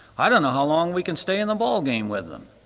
i don't know how long we can stay in the ball game with them.